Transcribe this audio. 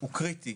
הוא קריטי,